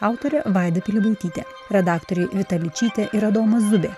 autorė vaida pilibaitytė redaktoriai vita ličytė ir adomas zubė